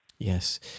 Yes